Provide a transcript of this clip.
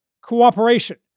cooperation